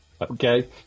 okay